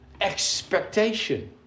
expectation